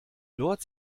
dort